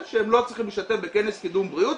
שהם לא צריכים להשתתף בכנס קידום בריאות,